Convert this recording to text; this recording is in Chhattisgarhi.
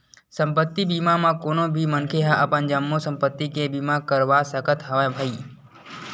संपत्ति बीमा म कोनो भी मनखे ह अपन जम्मो संपत्ति के बीमा करवा सकत हवय भई